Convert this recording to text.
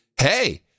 hey